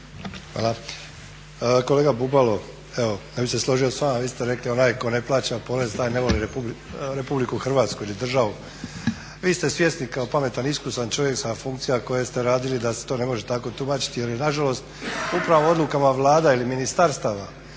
Hvala. Kolega Bubalo, ja bih se složio s vama, vi ste rekli onaj tko ne plaća porez taj ne voli RH ili državu. Vi ste svjesni kao pametan i iskusan čovjek sa funkcijama koje ste radili da se to ne može tako tumačiti jer nažalost upravo odlukama vlada ili ministarstava